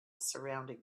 surrounding